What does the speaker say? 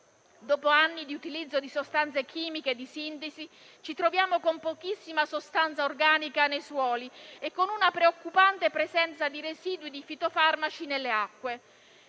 Dopo anni di utilizzo di sostanze chimiche e di sintesi, ci troviamo con pochissima sostanza organica nei suoli e con una preoccupante presenza di residui di fitofarmaci nelle acque.